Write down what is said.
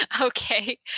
okay